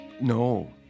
No